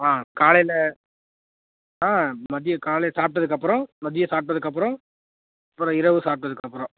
ஆ காலையில் ஆ மதியம் காலை சாப்பிட்டதுக்கப்பறம் மதியம் சாப்பிட்டதுக்கப்பறம் அப்புறம் இரவு சாப்பிட்டதுக்கப்பறம்